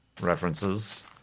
references